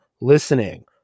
listening